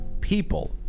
people